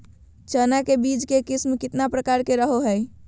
चना के बीज के किस्म कितना प्रकार के रहो हय?